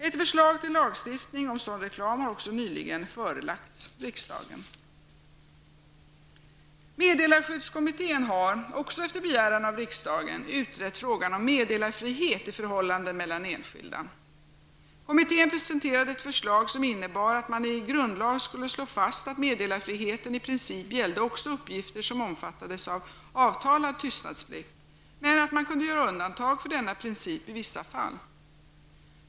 Ett förslag till lagstiftning om sådan reklam har också nyligen förelagts i riksdagen. Meddelarskyddskommittén har -- också efter begäran av riksdagen -- utrett frågan om meddelarfrihet i förhållandet mellan enskilda. Kommittén presenterade ett förslag som innebar att man i grundlag skulle slå fast att meddelarfriheten i princip gällde också uppgifter som omfattades av avtalad tystnadsplikt, men att man kunde göra undantag från denna princip i vissa fall.